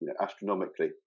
astronomically